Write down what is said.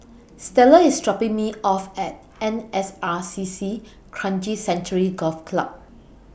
Stella IS dropping Me off At N S R C C Kranji Sanctuary Golf Club